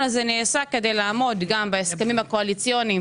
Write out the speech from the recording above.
אלא כדי לעמוד בהסכמים קואליציוניים